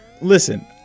listen